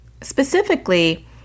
specifically